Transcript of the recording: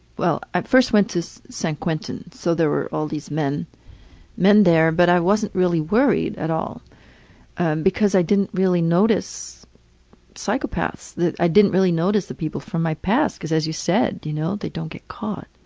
well, i first went to san quentin, so there were all these men men there, but i wasn't really worried at all and because i didn't really notice psychopaths. i didn't really notice the people from my past because as you said, you know, they don't get caught.